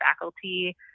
faculty